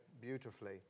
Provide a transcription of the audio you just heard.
beautifully